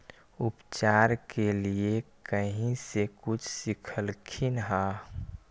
उपचार के लीये कहीं से कुछ सिखलखिन हा?